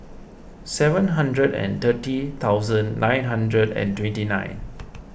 seven hundred and thirty thousand nine hundred and twenty nine